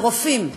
הרופאים: